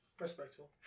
Respectful